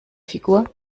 figur